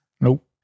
Nope